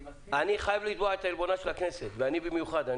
אני חייב לתבוע את עלבונה של הכנסת, ואני במיוחד.